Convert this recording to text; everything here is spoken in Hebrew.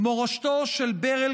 האחת להנצחת מורשתו של ברל